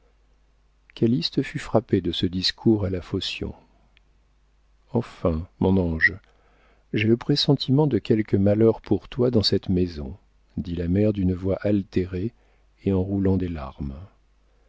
intérieure calyste fut frappé de ce discours à la phocion enfin mon ange j'ai le pressentiment de quelque malheur pour toi dans cette maison dit la mère d'une voix altérée et en roulant des larmes